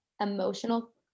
emotional